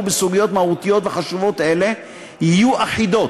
בסוגיות מהותיות וחשובות אלה יהיו אחידות,